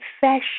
fashion